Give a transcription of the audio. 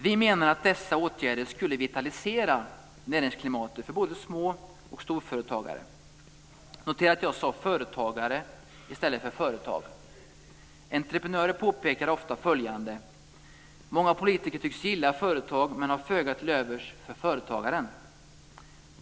Vi menar att dessa åtgärder skulle vitalisera näringsklimatet för både små och storföretagare. Notera att jag sade företagare i stället för företag. Entreprenörer påpekar ofta följande: många politiker tycks gilla företag men har föga till övers för företagaren.